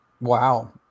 Wow